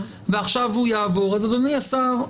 אדוני השר,